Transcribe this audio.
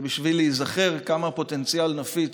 ובשביל להיזכר כמה הפוטנציאל נפיץ,